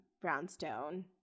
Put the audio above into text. brownstone